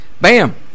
Bam